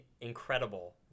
incredible